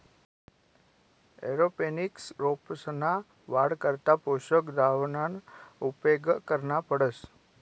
aeroponics रोपंसना वाढ करता पोषक द्रावणना उपेग करना पडस